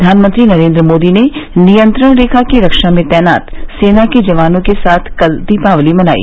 प्रधानमंत्री नरेन्द्र मोदी ने नियंत्रण रेखा की रक्षा में तैनात सेना के जवानों के साथ कल दीपावली मनाई